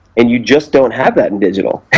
and you just don't have that in digital.